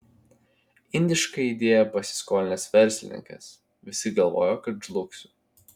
indišką idėją pasiskolinęs verslininkas visi galvojo kad žlugsiu